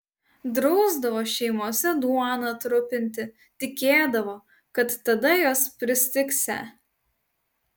drausdavo šeimose duoną trupinti tikėdavo kad tada jos pristigsią